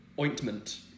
ointment